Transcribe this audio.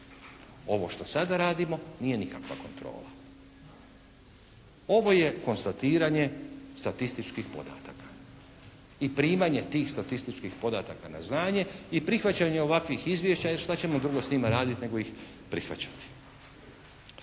Ovo što sada radimo nije nikakva kontrola. Ovo je konstatiranje statističkih podataka. I primanje tih statističkih podataka na znanje i prihvaćanje ovakvih izvješća, jer šta ćemo drugo s njima raditi nego ih prihvaćati.